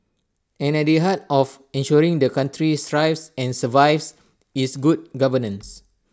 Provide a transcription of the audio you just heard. and at the heart of ensuring the country thrives and survives is good governance